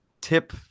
tip